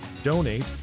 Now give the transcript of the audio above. donate